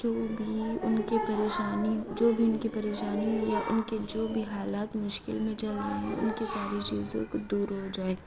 جو بھی ان کے پریشانی جو بھی ان کے پریشانی ہو یا ان کے جو بھی حالات مشکل میں چل رہے ہوں ان کی ساری چیزوں کو دور ہو جائے